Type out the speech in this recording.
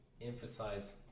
emphasize